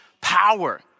power